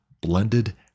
blended